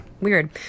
Weird